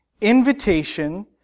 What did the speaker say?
invitation